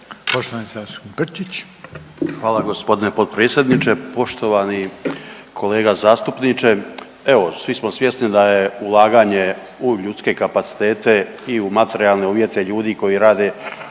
Luka (HDZ)** Hvala gospodine potpredsjedniče. Poštovani kolega zastupniče, evo svi smo svjesni da je ulaganje u ljudske kapacitete i u materijalne uvjete ljudi koji rade u